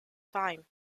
time